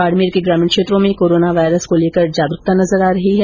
बाडमेर के ग्रामीण क्षेत्रों में कोरोना वायरस को लेकर जागरूकता नजर आ रही है